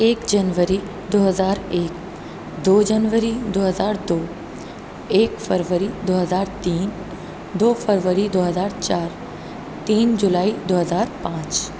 ایک جنوری دو ہزار ایک دو جنوری دو ہزار دو ایک فروری دو ہزار تین دو فروری دو ہزار چار تین جولائی دو ہزار پانچ